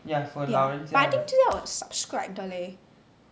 ya but I think 就要 subscribe 的 leh